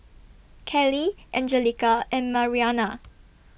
Kelley Angelica and Mariana